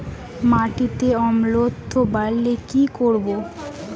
মাটিতে অম্লত্ব বাড়লে কি করব?